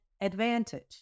advantage